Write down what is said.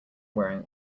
wearing